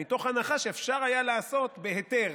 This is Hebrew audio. מתוך הנחה שאפשר היה לעשות בהיתר.